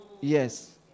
Yes